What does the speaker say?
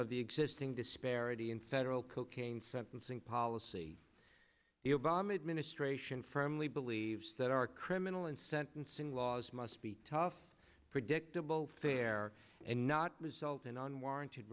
of the existing disparity in federal cocaine sentencing policy the obama administration firmly believes that our criminal and sentencing laws must be tough predictable fair and not result in unwarranted